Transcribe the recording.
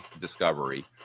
discovery